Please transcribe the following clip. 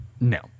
No